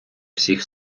всіх